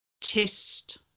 test